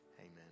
Amen